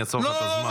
אני אעצור לך את הזמן.